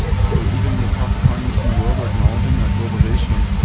so even the top economist in the world are acknowledging that globalization,